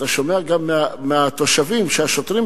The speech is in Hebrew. אתה שומע גם מהתושבים שהשוטרים,